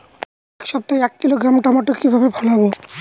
এক সপ্তাহে এক কিলোগ্রাম টমেটো কিভাবে ফলাবো?